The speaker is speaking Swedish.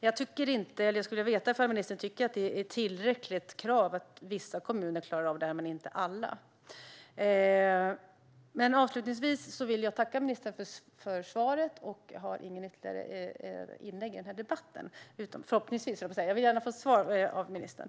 Jag skulle vilja veta om ministern tycker att det är ett tillräckligt krav att vissa kommuner klarar av det här men inte alla. Avslutningsvis vill jag tacka ministern för svaret. Jag har inget ytterligare inlägg i den här debatten, men jag vill gärna få svar från ministern.